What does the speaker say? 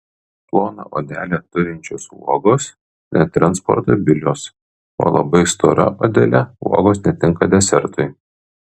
ploną odelę turinčios uogos netransportabilios o labai stora odele uogos netinka desertui